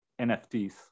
NFTs